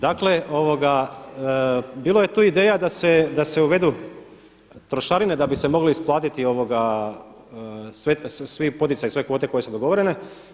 Dakle, bilo je tu ideja da se uvedu trošarine da bi se moglo isplatiti svi poticaji, sve kvote koje su dogovorene.